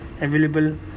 available